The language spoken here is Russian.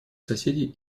соседи